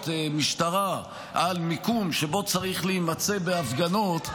משטרה על מיקום שבו צריך להימצא בהפגנות,